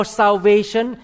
salvation